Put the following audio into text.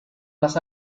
las